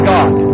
God